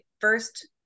first